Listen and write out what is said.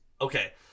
okay